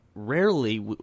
Rarely